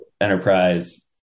enterprise